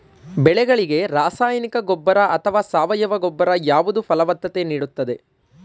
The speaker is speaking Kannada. ಬೆಳೆಗಳಿಗೆ ರಾಸಾಯನಿಕ ಗೊಬ್ಬರ ಅಥವಾ ಸಾವಯವ ಗೊಬ್ಬರ ಯಾವುದು ಫಲವತ್ತತೆ ನೀಡುತ್ತದೆ?